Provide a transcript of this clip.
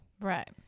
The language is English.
Right